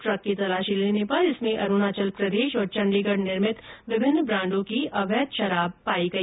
truck की तलाशी लेने पर उसमें अरुणाचल प्रदेश और चंडीगढ़ निर्मित विभिन्न ब्रांडों की अवैध शराब पाई गई